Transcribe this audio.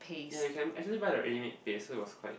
ya you can actually buy the ready made paste so it was quite